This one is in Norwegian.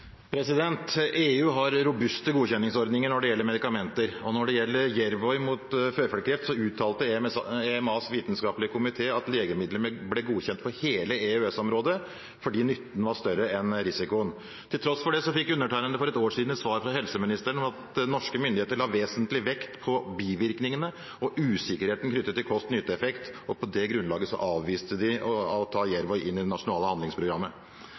EU har robuste godkjenningsordninger for medikamenter. Når det gjelder Yervoy, mot føflekkreft, uttalte EMAs vitenskapelige komité at legemiddelet ble godkjent for hele EØS-området fordi nytten var større enn risikoen. Til tross for det fikk undertegnede for et år siden svar fra helseministeren om at norske myndigheter la vesentlig vekt på bivirkningene og usikkerheten knyttet til kost–nytte-effekt, og på det grunnlaget avviste de å ta Yervoy inn i det nasjonale handlingsprogrammet.